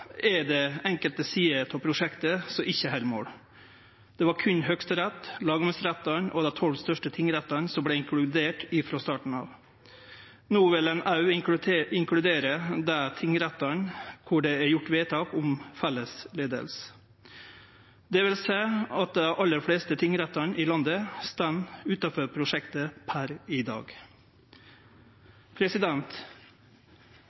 er det enkelte sider ved prosjektet som ikkje held mål. Det var berre Høgsterett, lagmannsrettane og dei tolv største tingrettane som vart inkluderte frå starten av. No vil ein òg inkludere dei tingrettane der det er gjort vedtak om felles leiing. Det vil seie at dei fleste tingrettane i landet står utanfor prosjektet pr. i